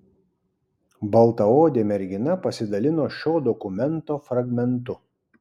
baltaodė mergina pasidalino šio dokumento fragmentu